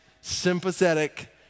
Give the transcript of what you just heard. sympathetic